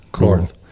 north